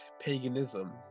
paganism